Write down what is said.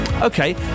Okay